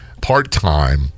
part-time